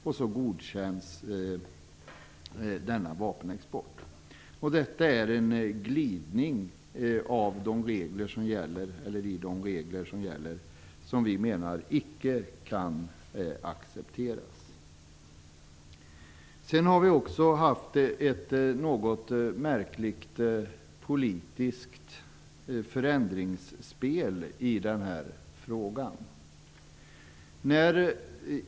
På så sätt godkänns denna vapenexport. Detta innebär en glidning i de regler som gäller, och vi menar att det icke kan accepteras. Vi har också haft ett något märkligt politiskt förändringsspel i den här frågan.